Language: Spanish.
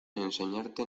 enseñarte